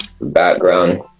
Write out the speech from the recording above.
background